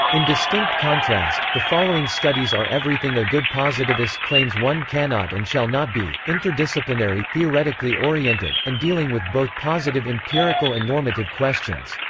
in distinct contrast, the following studies are everything a good positivist claims one cannot and shall not be interdisciplinary, theoretically oriented, and dealing with both positive-empirical and normative questions.